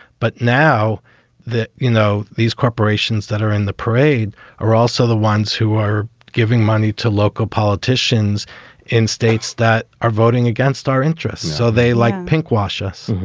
but now that, you know, these corporations that are in the parade are also the ones who are giving money to local politicians in states that are voting against our interests. so they like pink wash us